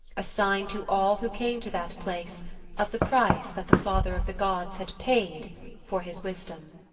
a sign to all who came to that place of the price that the father of the gods had paid for his wisdom.